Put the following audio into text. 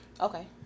Okay